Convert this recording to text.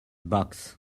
box